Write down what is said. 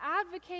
advocate